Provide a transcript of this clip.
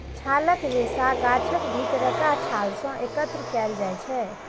छालक रेशा गाछक भीतरका छाल सं एकत्र कैल जाइ छै